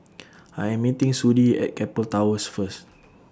I Am meeting Sudie At Keppel Towers First